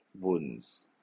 wounds